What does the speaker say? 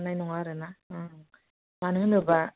मोननाय नङा आरो ना अ मानो होनोब्ला